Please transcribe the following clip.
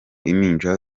impinja